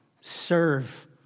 serve